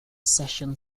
session